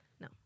no